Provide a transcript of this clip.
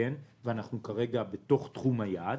ואנחנו כרגע בתחום תחום היעד.